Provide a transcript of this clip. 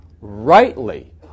rightly